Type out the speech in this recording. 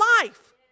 life